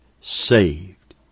saved